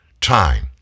time